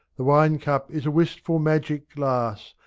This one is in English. the wine-cup is a wistful magic glass.